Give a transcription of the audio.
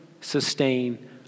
sustain